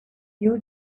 you